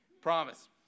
Promise